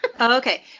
Okay